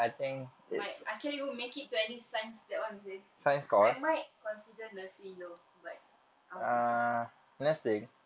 my I can't even make it to any sceince that one seh I might consider nursing though but I'll see first